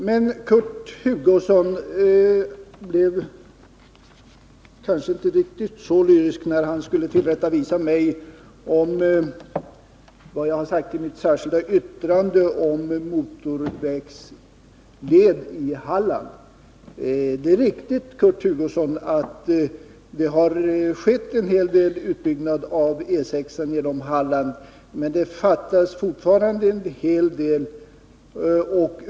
Men Kurt Hugosson var kanske inte riktigt så lyrisk när han skulle tillrättavisa mig för vad jag har sagt i mitt särskilda yttrande om en motorväg i Halland. Det är riktigt, Kurt Hugosson, att det har skett en del utbyggnader av E 6-an genom Halland, men det fattas fortfarande en hel del.